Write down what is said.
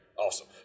Awesome